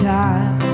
time